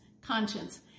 conscience